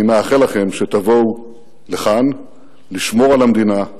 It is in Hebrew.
אני מאחל לכם שתבואו לכאן לשמור על המדינה,